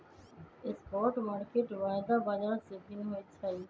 spot market वायदा बाजार से भिन्न होइ छइ